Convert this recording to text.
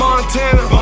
Montana